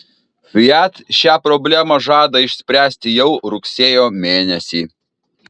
fiat šią problemą žada išspręsti jau rugsėjo mėnesį